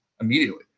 immediately